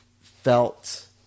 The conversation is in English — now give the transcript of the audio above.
felt